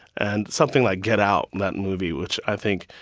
and something like get out, that movie, which i think